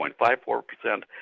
0.54%